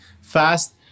fast